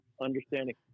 understanding